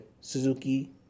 Suzuki